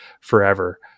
forever